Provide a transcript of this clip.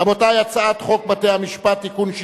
רבותי, הצעת חוק בתי-המשפט (תיקון מס'